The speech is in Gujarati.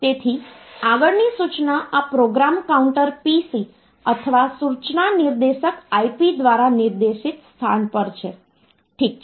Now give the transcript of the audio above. તેથી આગળની સૂચના આ પ્રોગ્રામ કાઉન્ટર PC અથવા સૂચના નિર્દેશક IP દ્વારા નિર્દેશિત સ્થાન પર છે ઠીક છે